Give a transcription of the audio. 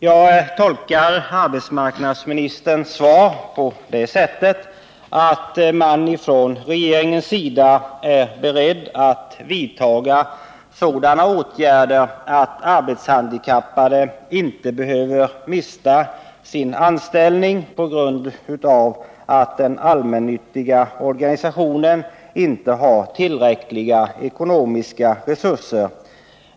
Jag tolkar arbetsmarknadsminsterns svar på det sättet att man från regeringens sida är beredd att vidtaga sådana åtgärder att arbetshandikappade inte behöver mista sin anställning på grund av att den allmännyttiga organisationen inte har tillräckliga ekonomiska resurser.